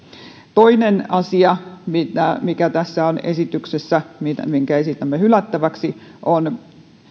toinen asia mikä on tässä esityksessä jota esitämme hylättäväksi on